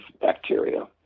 bacteria